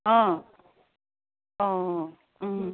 অঁ অঁ